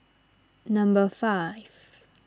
number five